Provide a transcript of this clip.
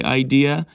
idea